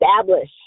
establish